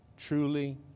truly